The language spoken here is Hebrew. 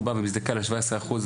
הוא בא ומזדכה על ה-17 אחוז,